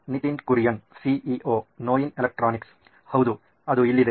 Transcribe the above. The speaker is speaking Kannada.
ನಿತಿನ್ ಕುರಿಯನ್ ಸಿಒಒ ನೋಯಿನ್ ಎಲೆಕ್ಟ್ರಾನಿಕ್ಸ್ ಹೌದು ಅದು ಇಲ್ಲಿದೆ